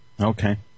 Okay